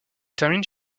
termine